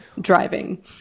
driving